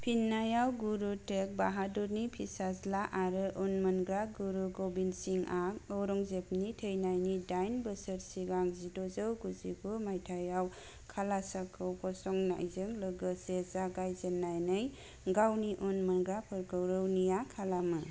फिननायाव गुरु तेग बहादुरनि फिसाज्ला आरो उनमोनग्रा गुरु गोबिंद सिंहआ औरंगजेबनि थैनायनि दाइन बोसोर सिगां जिद'जौ गुजिगु मायथाइयाव खालसाखौ फसंनायजों लोगोसे जागाय जेननानै गावनि उनसंग्राफोरखौ रौनिया खालामो